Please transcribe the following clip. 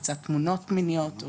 הפצת תמונות מיניות,